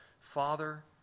Father